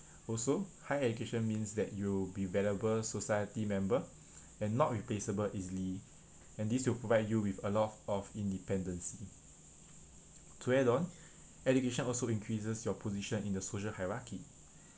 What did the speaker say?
also high education means that you'll be valuable society member and not replaceable easily and this will provide you with a lot of independency to add on education also increases your position in the social hierarchy